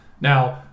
Now –